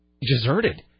deserted